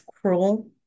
cruel